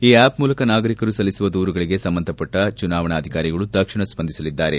ಈ ಆ್ಯಪ್ ಮೂಲಕ ನಾಗರಿಕರು ಸಲ್ಲಿಸುವ ದೂರುಗಳಿಗೆ ಸಂಬಂಧಪಟ್ಟ ಚುನಾವಣಾಧಿಕಾರಿಗಳು ತಕ್ಷಣ ಸ್ವಂದಿಸಲಿದ್ದಾರೆ